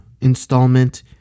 installment